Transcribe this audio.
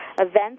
events